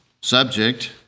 Subject